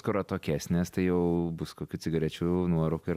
kur atokesnės tai jau bus kokių cigarečių nuorūkų ir